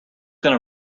going